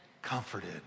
Comforted